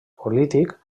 polític